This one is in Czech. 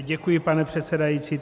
Děkuji, pane předsedající.